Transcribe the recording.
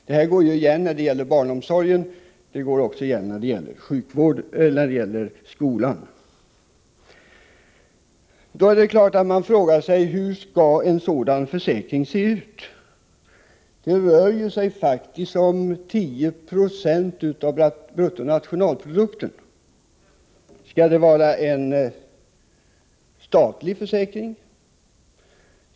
Detta går igen när det gäller barnomsorgen, liksom när det gäller skolan. Då är det klart att man frågar sig: Hur skall en sådan försäkring se ut? Det rör sig ju faktiskt om 10 96 av bruttonationalprodukten. Skall det vara en statlig försäkring?